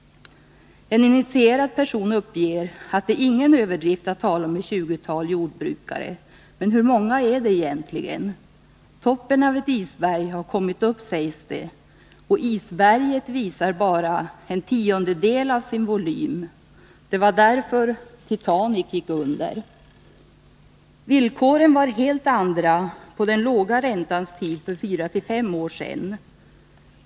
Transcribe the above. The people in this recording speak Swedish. En initierad person uppger att det inte är någon överdrift att tala om ett tjugotal jordbrukare. Men hur många är det egentligen? Toppen av ett isberg har kommit upp, sägs det. Och isberget visar bara en tiondel av sin volym. Det var därför Titanic gick under. Villkoren var helt andra på den låga räntans tid för 4-5 år sedan.